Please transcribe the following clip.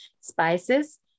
spices